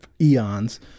eons